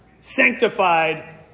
sanctified